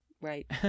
Right